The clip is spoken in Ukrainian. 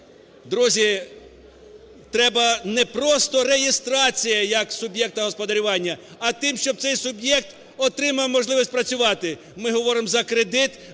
Друзі, треба не просто реєстрація як суб'єкта господарювання, а те, щоб цей суб'єкт отримав можливість працювати. Ми говоримо за кредит